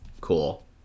cool